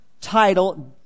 title